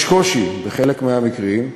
יש קושי בחלק מהמקרים,